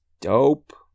dope